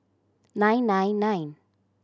nine nine nine